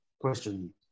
question